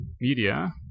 media